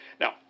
Now